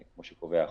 כמו שקובע החוק,